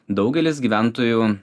daugelis gyventojų